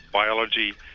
biology,